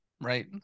right